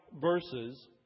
verses